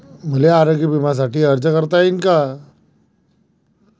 मले आरोग्य बिम्यासाठी अर्ज करता येईन का?